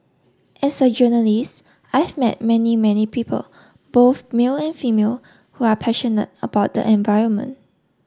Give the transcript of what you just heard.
as a journalist I've met many many people both male and female who are passionate about the environment